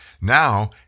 Now